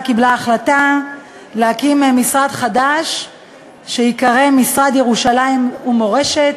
כאן הממשלה קיבלה החלטה להקים משרד חדש שייקרא משרד ירושלים ומורשת,